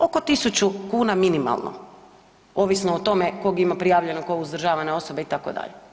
Oko 1000 kuna minimalno ovisno o tome kog ima prijavljenog kao uzdržavana osoba itd.